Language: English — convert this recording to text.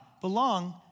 belong